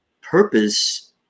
purpose